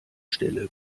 stelle